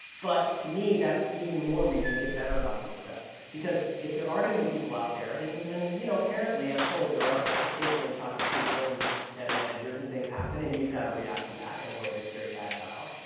but to me, that's even more reason to get better about this stuff because if there are going to be people out there and, you know, apparently, i'm told there are so occasionally toxic people and bad managers and things happen. and you've got to react to that in a way that's very agile.